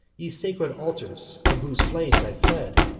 ye sacred altars, from whose flames i fled!